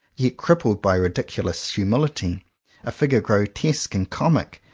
yet crippled by ridiculous humility a figure grotesque and comic,